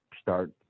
start